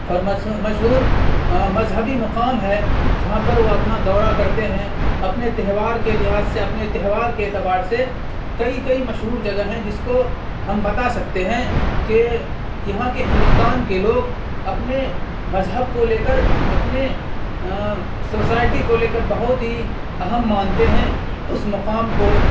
اور مشہور مذہبی مقام ہے جہاں پر وہ اپنا دورہ کرتے ہیں اپنے تہوار کے لحاظ سے اپنے تہوار کے اعتبار سے کئی کئی مشہور جگہ ہیں جس کو ہم بتا سکتے ہیں کہ یہاں کے ہندوستان کے لوگ اپنے مذہب کو لے کر اپنے سوسائٹی کو لے کر بہت ہی اہم مانتے ہیں اس مقام کو